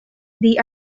they